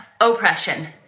Oppression